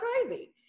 crazy